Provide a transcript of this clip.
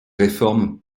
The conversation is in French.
réforme